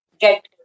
get